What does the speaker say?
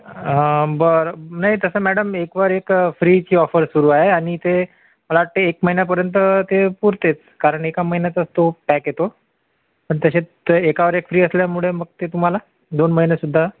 बरं नाही तसं मॅडम एक वर एक फ्रीची ऑफर सुरु आहे आणि ते मला वाटते एक महिन्यापर्यंत ते पुरतेच कारण एका महिन्याचाच तो पॅक येतो पण तसे तर एका वर एक फ्री असल्यामुळे मग ते तुम्हाला दोन महिनेसुद्धा